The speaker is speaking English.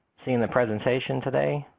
seeing the presentation today?